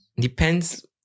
Depends